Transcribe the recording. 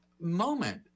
moment